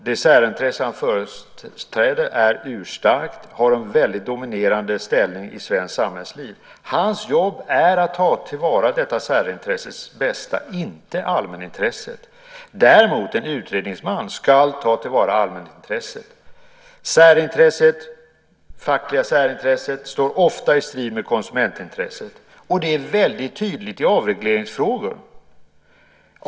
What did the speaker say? Det särintresse han företräder är urstarkt och har en väldigt dominerande ställning i svensk samhällsliv. Hans jobb är att ta till vara detta särintresse, inte allmänintresset. En utredningsman ska däremot ta till vara allmänintresset. Det fackliga särintresset står ofta i strid med konsumentintresset, och det är väldigt tydligt i avregleringsfrågor.